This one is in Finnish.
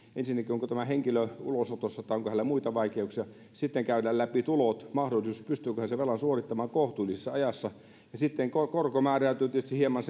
ensinnäkin selväksi onko tämä henkilö ulosotossa tai onko hänellä muita vaikeuksia sitten käydään läpi tulot se mahdollisuus pystyykö hän sen velan suorittamaan kohtuullisessa ajassa ja sitten korko määräytyy tietysti hieman